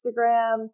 Instagram